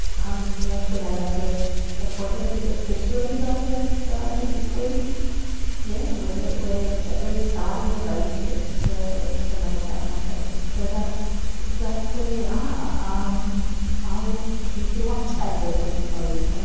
um we actually had our first appointment with a fertility doctor just this week yeah where we're at least starting the baby steps to to make that happen. so that's that's where we are um i'll keep you updated i suppose.